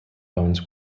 bones